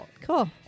Cool